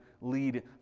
lead